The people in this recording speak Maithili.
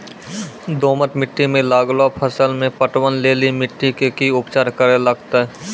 दोमट मिट्टी मे लागलो फसल मे पटवन लेली मिट्टी के की उपचार करे लगते?